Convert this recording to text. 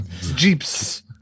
jeeps